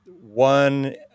one